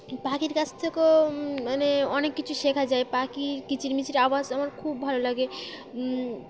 পাখির কাছ থেকেও মানে অনেক কিছু শেখা যায় পাখির কিচিরমিচির আওয়াজ আমার খুব ভালো লাগে